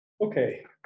okay